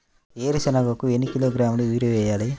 వేరుశనగకు ఎన్ని కిలోగ్రాముల యూరియా వేయాలి?